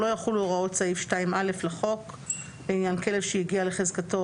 "לא יחולו הוראות סעיף 2(א) לחוק לעניין כלב שהגיע לחזקתו